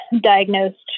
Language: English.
diagnosed